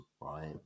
right